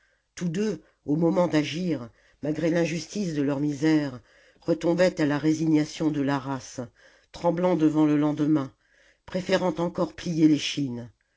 tous deux au moment d'agir malgré l'injustice de leur misère retombaient à la résignation de la race tremblant devant le lendemain préférant encore plier